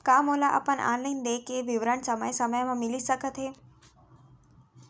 का मोला अपन ऑनलाइन देय के विवरण समय समय म मिलिस सकत हे?